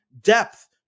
depth